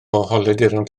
holiaduron